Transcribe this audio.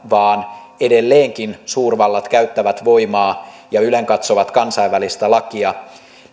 vaan edelleenkin suurvallat käyttävät voimaa ja ylenkatsovat kansainvälistä lakia